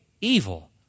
evil